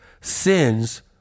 sins